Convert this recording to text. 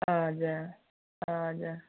हजुर हजुर